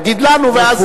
יגיד לנו, ואז.